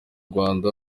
rwanda